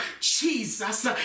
Jesus